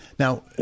Now